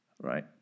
right